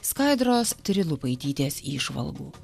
skaidros trilupaitytės įžvalgų